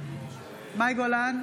מאי גולן,